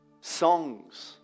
Songs